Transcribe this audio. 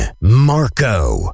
Marco